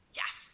yes